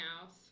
house